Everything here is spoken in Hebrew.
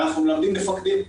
ואנחנו מלמדים מפקדים.